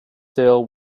sale